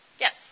Yes